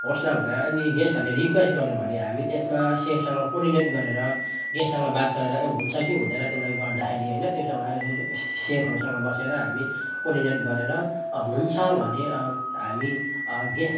होस् न भनेर यदि गेस्टहरूले रिक्वेस्ट गर्नुभयो भने हामी त्यसमा सेफसँग कोर्डिनेट गरेर गेस्टसँग बात गरेर हुन्छ कि हुँदैन त्यसलाई गर्दाखेरि हैन त्यसो भए सेफहरूसँग बसेर हामी कोर्डिनेट गरेर हुन्छ भने हामी गेस्ट